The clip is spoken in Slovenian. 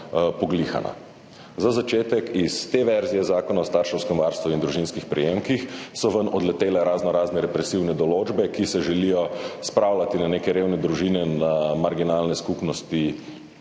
Za začetek, iz te verzije Zakona o starševskem varstvu in družinskih prejemkih so ven odletele raznorazne represivne določbe, ki se želijo spravljati na revne družine, na marginalne skupnosti